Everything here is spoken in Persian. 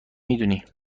میدونی